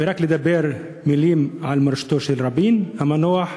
ורק לדבר מילים על מורשתו של רבין המנוח,